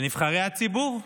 לנבחרי הציבור?